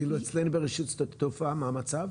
ואילו אצלנו ברשות שדות התעופה, מה המצב?